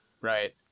right